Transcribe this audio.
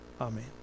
Amen